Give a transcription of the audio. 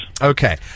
Okay